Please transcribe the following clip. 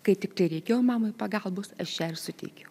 kai tiktai reikėjo mamai pagalbos aš ją ir suteikiu